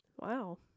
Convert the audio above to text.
Wow